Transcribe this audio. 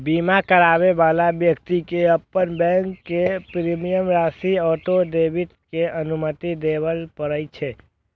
बीमा कराबै बला व्यक्ति कें अपन बैंक कें प्रीमियम राशिक ऑटो डेबिट के अनुमति देबय पड़ै छै